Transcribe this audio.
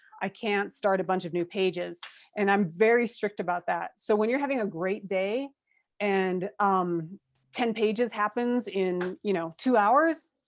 i can't start a bunch of new pages and i'm very strict about that. so when you're having a great day and um ten pages happens in, you know, two hours,